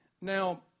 Now